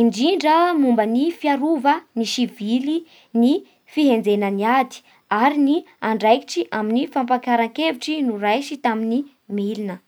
indrindra momban'ny fiarova ny sivily ny fihenjeny ady ary ny andraikitry amin'ny fampiakara-kevitry noraisy tamin'ny milina